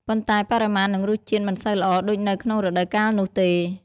ប៉ុន្តែ បរិមាណនិងរសជាតិមិនសូវល្អដូចនៅក្នុងរដូវកាលនោះទេ។